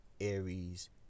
Aries